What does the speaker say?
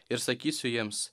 ir sakysiu jiems